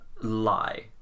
lie